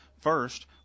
First